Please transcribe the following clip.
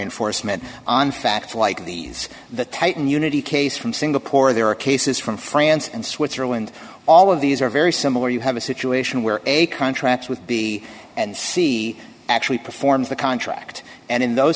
enforcement on facts like these that tighten unity case from singapore there are cases from france and switzerland all of these are very similar you have a situation where a contract with b and c actually performs the contract and in those